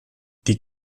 die